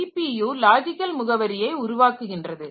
CPU logical முகவரியை உருவாக்குகின்றது